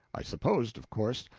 i supposed, of course,